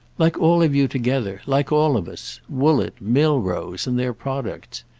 like all of you together like all of us woollett, milrose and their products.